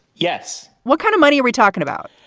yes. what kind of money are we talking about?